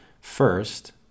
first